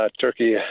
Turkey